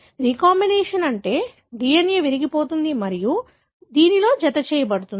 రీ combination అంటే DNA విరిగిపోతుంది మరియు దీనితో జతచేయబడుతుంది